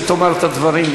שהיא תאמר את הדברים,